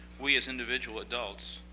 we, as individual adults,